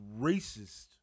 racist